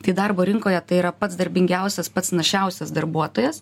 tai darbo rinkoje tai yra pats darbingiausias pats našiausias darbuotojas